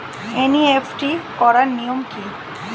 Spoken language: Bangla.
এন.ই.এফ.টি করার নিয়ম কী?